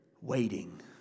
waiting